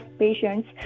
patients